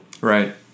Right